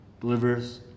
delivers